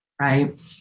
right